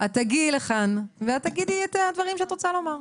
הגדרה מטעה.